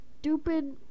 stupid